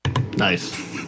Nice